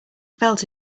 felt